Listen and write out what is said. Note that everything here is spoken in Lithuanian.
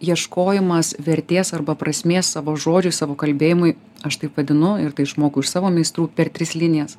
ieškojimas vertės arba prasmės savo žodžiui savo kalbėjimui aš taip vadinu ir tai išmokau iš savo meistrų per tris linijas